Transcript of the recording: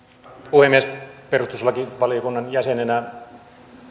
puhemies perustuslakivaliokunnan jäsenenä